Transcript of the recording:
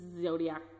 Zodiac